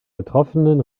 betroffenen